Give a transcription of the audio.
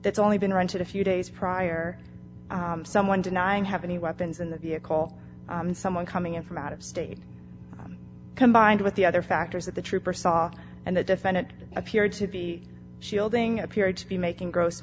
that's only been rented a few days prior someone denying have any weapons in the vehicle and someone coming in from out of state combined with the other factors that the trooper saw and the defendant appeared to be shielding appeared to be making gross